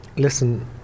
Listen